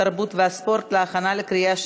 התרבות והספורט נתקבלה.